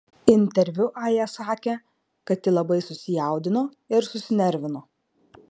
interviu aja sakė kad ji labai susijaudino ir susinervino